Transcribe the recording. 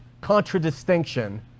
contradistinction